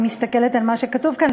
אני מסתכלת על מה שכתוב כאן,